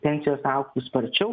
pensijos augtų sparčiau